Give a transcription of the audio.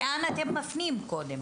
לאן אתם מפנים קודם?